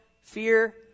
fear